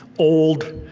old,